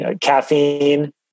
caffeine